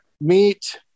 meet